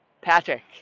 Patrick